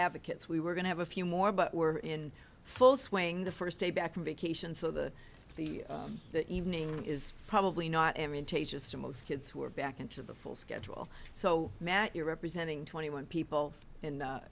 advocates we were going to have a few more but were in full swing the first day back from vacation so the the evening is probably not just the most kids who are back into the full schedule so matt you're representing twenty one people in the